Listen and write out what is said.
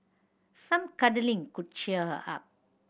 some cuddling could cheer her up